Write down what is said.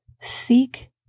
seek